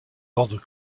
l’ordre